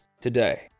today